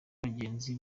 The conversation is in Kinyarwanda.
bagenzi